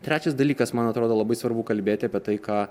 trečias dalykas man atrodo labai svarbu kalbėti apie tai ką